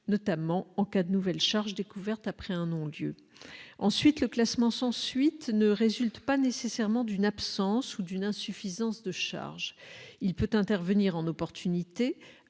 notamment en cas de nouvelles charges découvertes après un non-lieu. Le classement sans suite ne résulte pas nécessairement d'une absence d'infraction ou d'une insuffisance de charges. Il peut intervenir en opportunité,